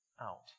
out